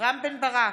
רם בן ברק,